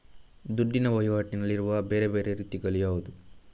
ದುಡ್ಡಿನ ವಹಿವಾಟಿನಲ್ಲಿರುವ ಬೇರೆ ಬೇರೆ ರೀತಿಗಳು ಯಾವುದು?